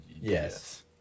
Yes